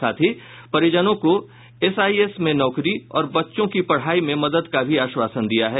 साथ ही परिजनों को एसआईएस में नौकरी और बच्चों की पढ़ाई में मदद का भी आश्वासन दिया है